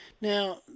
Now